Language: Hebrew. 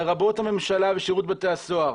לרבות הממשלה ושירות בתי הסוהר,